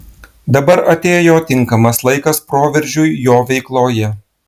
dabar atėjo tinkamas laikas proveržiui jo veikloje